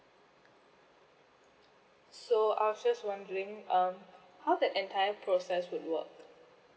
so I just wondering um how that entire process will work